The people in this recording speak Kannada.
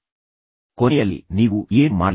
ದಿನದ ಕೊನೆಯಲ್ಲಿ ನೀವು ಏನು ಮಾಡಲಿದ್ದೀರಿ